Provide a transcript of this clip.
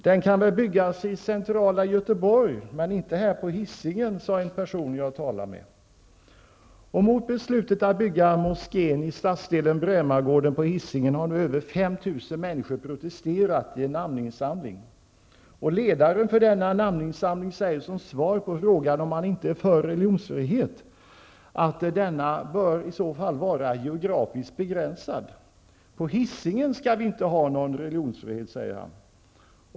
Den kan väl byggas i centrala Göteborg, men inte här på Hisingen, sade en person som jag talade med. människor protesterat i en namninsamling. Ledaren för denna namninsamling säger som svar på frågan om han inte är för religionsfrihet att denna i så fall bör vara geografiskt begränsad. På Hisingen skall vi inte ha någon religionsfrihet, säger han.